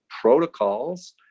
protocols